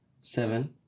seven